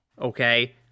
Okay